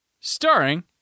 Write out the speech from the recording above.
Starring